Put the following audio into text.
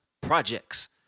projects